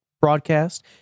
broadcast